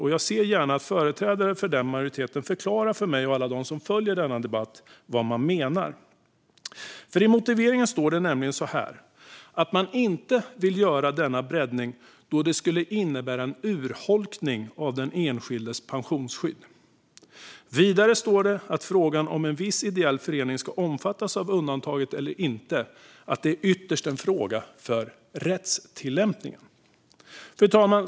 Jag ser därför gärna att företrädare för majoriteten förklarar för mig och alla dem som följer debatten vad man menar. I motiveringen står det nämligen att man inte vill göra denna breddning då det skulle innebära en urholkning av den enskildes pensionsskydd. Vidare står det att om en viss ideell förening ska omfattas av undantaget eller inte ytterst är en fråga för rättstillämpningen. Fru talman!